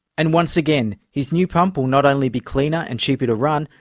and once again, his new pump will not only be cleaner and cheaper to run,